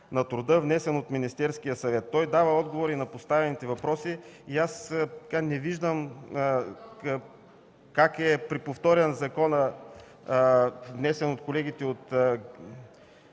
на труда, внесен от Министерския съвет. Той дава отговор на поставените въпроси и не виждам как законопроектът, внесен от колегите от